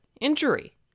Injury